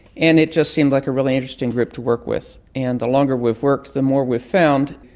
and it just seemed like a really interesting group to work with. and the longer we've worked, the more we've found.